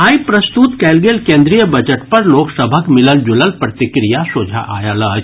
आइ प्रस्तुत कयल गेल केन्द्रीय बजट पर लोकसभक मिलल जुलल प्रतिक्रिया सोझा आयल अछि